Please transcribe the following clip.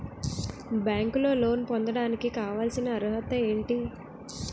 బ్యాంకులో లోన్ పొందడానికి కావాల్సిన అర్హత ఏంటి?